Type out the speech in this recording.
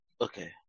Okay